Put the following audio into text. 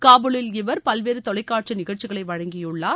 காபூலில் இவர் பல்வேறு தொலைக்காட்சி நிகழ்ச்சிகளை வழங்கியுள்ளார்